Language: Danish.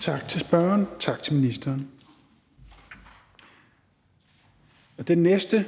Tak til spørgerne, tak til ministeren. Den næste